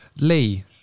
Lee